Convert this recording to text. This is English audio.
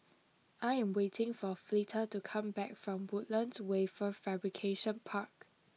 I am waiting for Fleta to come back from Woodlands Wafer Fabrication Park